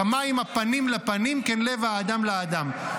"כמים הפנים לפנים כן לב האדם לאדם".